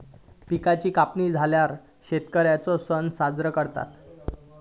पिकांची कापणी झाल्यार शेतकर्यांचे सण साजरे करतत